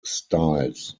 styles